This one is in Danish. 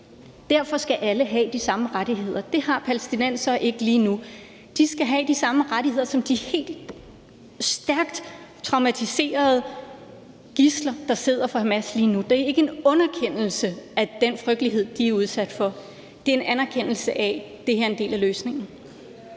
Derfor skal alle have de samme rettigheder. Det har palæstinensere ikke lige nu. De skal have de samme rettigheder som de stærkt traumatiserede gidsler, der sidder hos Hamas lige nu. Det er ikke en underkendelse af den frygtelighed, de er udsat for. Det er en anerkendelse af, at det her er en del af løsningen.